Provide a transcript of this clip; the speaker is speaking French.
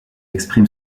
exprime